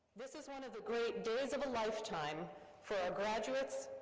this is one of the great days of a lifetime for our graduates,